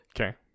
Okay